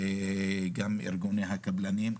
וגם ארגוני הקבלנים.